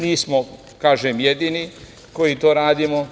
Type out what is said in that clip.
Nismo, kažem, jedini koji to radimo.